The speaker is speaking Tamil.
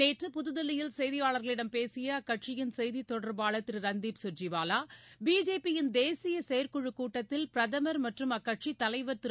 நேற்று புதுதில்லியில் செய்தியாளர்களிடம் பேசிய அக்கட்சியின் செய்தித் தொடர்பாளர் திரு ரன்தீப் கர்ஜிவாவா பிஜேபியின் தேசிய செயற்குழுக் கூட்டத்தில் பிரதமர் மற்றும் அக்கட்சியின் தலைவர் திரு